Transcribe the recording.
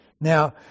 Now